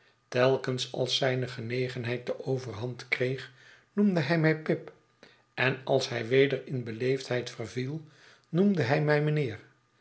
telkens als zijne genegenheid de overhand kreeg noemde hij mij pip en als hij weder in beleefdheid verviel noemde hij mij mijnheer